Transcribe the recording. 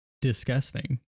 disgusting